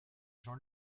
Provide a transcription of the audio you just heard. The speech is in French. jean